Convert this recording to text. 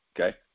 okay